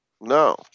No